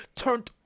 turned